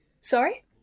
sorry